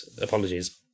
Apologies